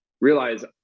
Realize